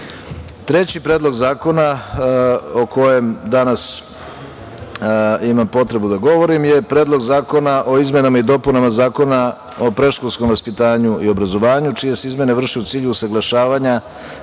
predlog zakona o kojem danas imam potrebu da govorim je Predlog zakona o izmenama i dopunama Zakona o predškolskom vaspitanju i obrazovanju čije se izmene vrše u cilju usaglašavanja